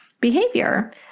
behavior